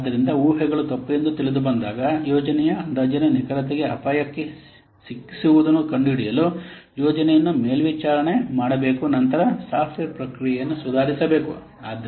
ಆದ್ದರಿಂದ ಊಹೆಗಳು ತಪ್ಪು ಎಂದು ತಿಳಿದುಬಂದಾಗ ಯೋಜನೆಯ ಅಂದಾಜಿನ ನಿಖರತೆಗೆ ಅಪಾಯಕ್ಕೆ ಸಿಕ್ಕಿಸುವುದನ್ನು ಕಂಡುಹಿಡಿಯಲು ಯೋಜನೆಯನ್ನು ಮೇಲ್ವಿಚಾರಣೆ ಮಾಡಬೇಕು ನಂತರ ಸಾಫ್ಟ್ವೇರ್ ಪ್ರಕ್ರಿಯೆಯನ್ನು ಸುಧಾರಿಸಬೇಕು